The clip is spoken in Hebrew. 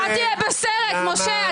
אל תהיה בסרט, משה.